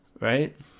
right